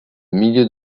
milieu